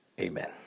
Amen